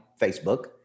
Facebook